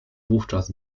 wówczas